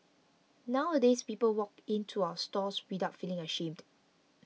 nowadays people walk in to our stores without feeling ashamed